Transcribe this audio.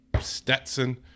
Stetson